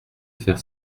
faire